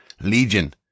Legion